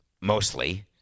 mostly